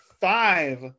five